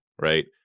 right